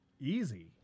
Easy